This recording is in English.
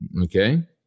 Okay